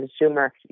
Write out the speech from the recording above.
consumer